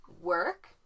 work